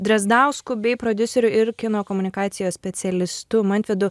drazdausku bei prodiuseriu ir kino komunikacijos specialistu mantvidu